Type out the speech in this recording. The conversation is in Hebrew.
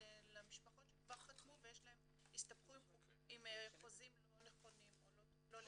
למשפחות שכבר חתמו והסתבכו עם חוזים לא נכונים או לא לטובתם.